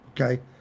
okay